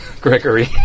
Gregory